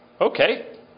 Okay